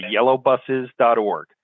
yellowbuses.org